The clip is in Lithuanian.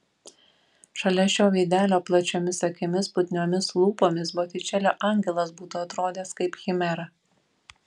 šalia šio veidelio plačiomis akimis putniomis lūpomis botičelio angelas būtų atrodęs kaip chimera